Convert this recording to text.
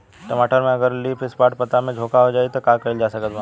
टमाटर में अगर लीफ स्पॉट पता में झोंका हो जाएँ त का कइल जा सकत बा?